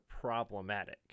problematic